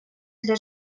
для